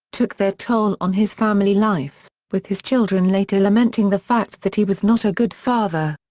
took their toll on his family life, with his children later lamenting the fact that he was not a good father.